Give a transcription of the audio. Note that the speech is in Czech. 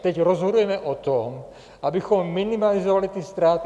Teď rozhodujeme o tom, abychom minimalizovali ty ztráty.